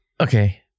okay